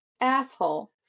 asshole